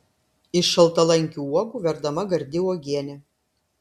iš šaltalankių uogų verdama gardi uogienė